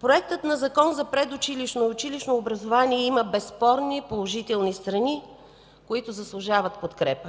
Законопроектът за предучилищното и училищното образование има безспорни положителни страни, които заслужават подкрепа.